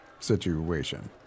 situation